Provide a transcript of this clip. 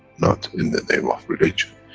not in the name of religion,